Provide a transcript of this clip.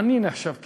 עני נחשב כמת.